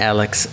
Alex